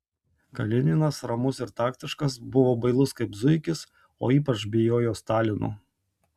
kalininas ramus ir taktiškas buvo bailus kaip zuikis o ypač bijojo stalino